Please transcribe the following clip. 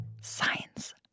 Science